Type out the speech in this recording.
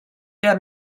der